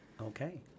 okay